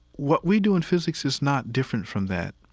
what we do in physics is not different from that.